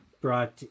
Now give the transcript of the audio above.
brought